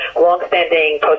longstanding